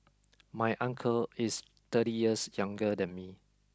my uncle is thirty years younger than me